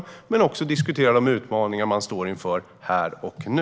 Men det handlar också om att diskutera de utmaningar vi står inför här och nu.